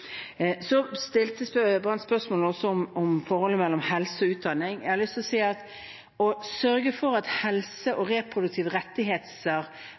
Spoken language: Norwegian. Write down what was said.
Så stilte Mandt spørsmål om forholdet mellom helse og utdanning. Jeg har lyst til å si at det å sørge for at helse og reproduktive rettigheter